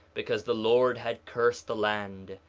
because the lord had cursed the land,